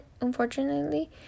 Unfortunately